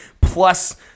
plus